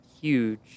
huge